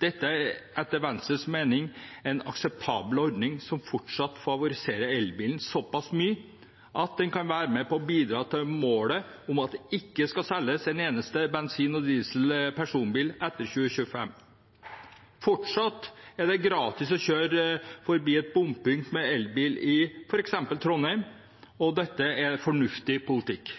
Dette er etter Venstres mening en akseptabel ordning, som fortsatt favoriserer elbilen såpass mye at den kan være med på å bidra til å nå målet om at det ikke skal selges en eneste bensin- og dieselpersonbil etter 2025. Fortsatt er det gratis å kjøre forbi et bompunkt med elbil i f.eks. Trondheim. Dette er fornuftig politikk.